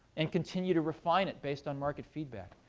and continue to refine it based on market feedback.